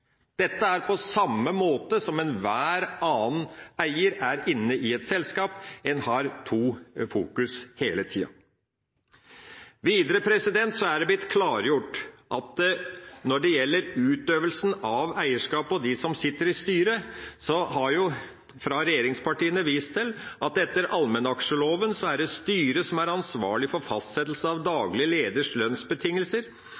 Dette er på samme måte som når enhver annen eier er inne i et selskap: En har to fokus hele tida. Når det gjelder utøvelsen av eierskapet og de som sitter i styret, har vi fra regjeringspartiene vist til at det etter allmennaksjeloven er styret som er ansvarlig for fastsettelse av